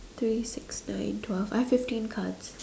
three six nine twelve I have fifteen cards